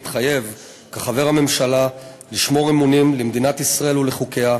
מתחייב כחבר הממשלה לשמור אמונים למדינת ישראל ולחוקיה,